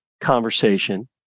conversation